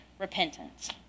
repentance